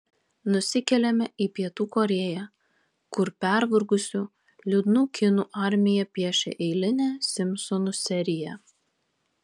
nusikeliame į pietų korėją kur pervargusių liūdnų kinų armija piešia eilinę simpsonų seriją